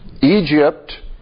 Egypt